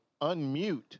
unmute